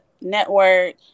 network